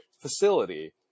facility